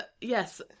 Yes